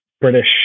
British